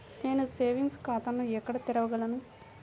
నేను సేవింగ్స్ ఖాతాను ఎక్కడ తెరవగలను?